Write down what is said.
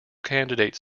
candidate